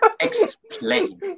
explain